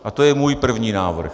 A to je můj první návrh.